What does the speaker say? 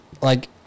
Like-